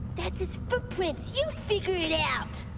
that's his footprints, you figure it out.